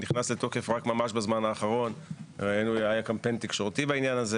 נכנס לתוקף רק ממש בזמן האחרון והיה קמפיין תקשורתי בעניין הזה